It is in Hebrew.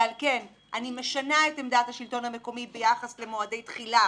ועל כן אני משנה את עמדת השלטון המקומי ביחס למועדי תחילה